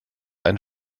ein